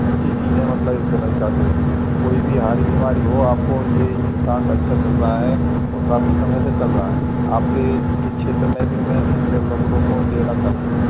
अच्छी चीज़ है मतलब एक तरीका से कोई भी हार्ड बीमारी हो आपको यही ब्रांड अच्छा चल रहा है और काफ़ी समय से चल रहा है आपके क्षेत्र में भी मैं इन टेबलेटों को देना चाहता हूँ